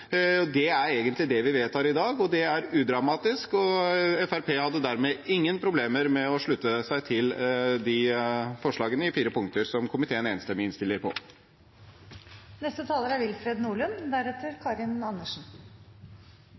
sikkerhet. Det er egentlig det vi vedtar i dag, og det er udramatisk. Fremskrittspartiet har dermed ingen problemer med å slutte seg til de forslagene i fire punkter som komiteen enstemmig innstiller på. La meg først få takke saksordføreren og de andre partiene i komiteen for et godt samarbeid. Det er